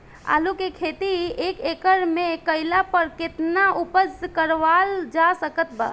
आलू के खेती एक एकड़ मे कैला पर केतना उपज कराल जा सकत बा?